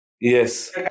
Yes